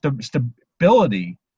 stability